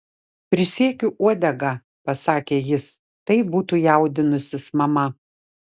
prisiekiu uodega pasakė jis tai būtų jaudinusis mama